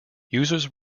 users